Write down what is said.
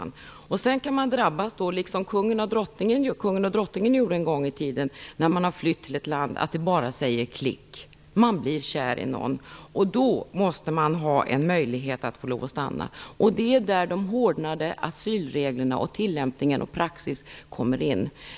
När man har flytt till ett land kan det hända att man blir kär i någon - att det säger klick, som det gjorde en gång i tiden för kungen och drottningen. Då måste man ha möjlighet att stanna. Det är där de hårdnande asylreglerna, tillämpningen och praxis kommer in.